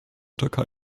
türkei